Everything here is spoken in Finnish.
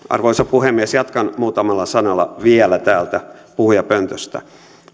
arvoisa puhemies jatkan muutamalla sanalla vielä täältä puhujapöntöstä